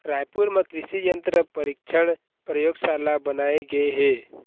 रायपुर म कृसि यंत्र परीक्छन परयोगसाला बनाए गे हे